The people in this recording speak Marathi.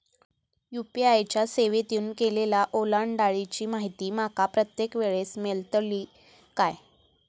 यू.पी.आय च्या सेवेतून केलेल्या ओलांडाळीची माहिती माका प्रत्येक वेळेस मेलतळी काय?